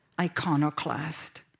iconoclast